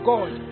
God